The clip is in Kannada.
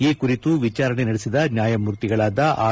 ಈ ಕುರಿತು ವಿಚಾರಣೆ ನಡೆಸಿದ ನ್ಯಾಯಮೂರ್ತಿಗಳಾದ ಆರ್